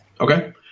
Okay